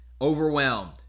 overwhelmed